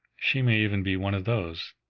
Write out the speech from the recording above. she may even be one of those.